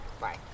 Bye